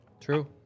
true